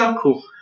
cool